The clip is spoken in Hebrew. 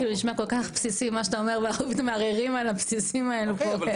זה נשמע כל כך בסיסי מה שאתה אומר ומערערים על הבסיסים האלה פה.